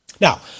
Now